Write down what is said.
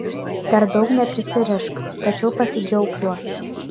per daug neprisirišk tačiau pasidžiauk juo